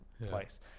Place